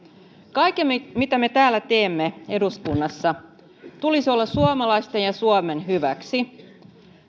kaiken mitä me teemme täällä eduskunnassa tulisi olla suomalaisten ja suomen hyväksi